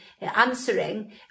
answering